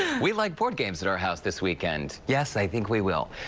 we like board games at our house this weekend, yes, i think we will.